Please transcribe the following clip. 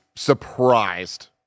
surprised